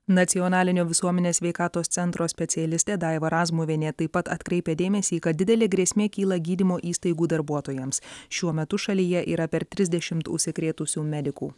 nacionalinio visuomenės sveikatos centro specialistė daiva razmuvienė taip pat atkreipia dėmesį kad didelė grėsmė kyla gydymo įstaigų darbuotojams šiuo metu šalyje yra per trisdešimt užsikrėtusių medikų